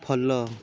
follow